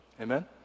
amen